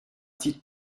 titre